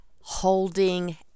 holding